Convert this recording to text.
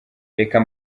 reka